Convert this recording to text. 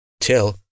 till